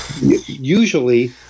usually